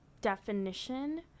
definition